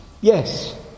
Yes